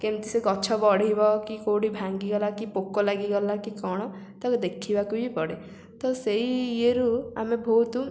କେମିତି ସେ ଗଛ ବଢ଼ିବ କି କେଉଁଠି ଭାଙ୍ଗିଗଲା କି ପୋକ ଲାଗିଗଲା କି କ'ଣ ତାକୁ ଦେଖିବାକୁ ବି ପଡ଼େ ତ ସେଇ ଇଏରୁ ଆମେ ବହୁତ